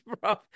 bro